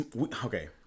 okay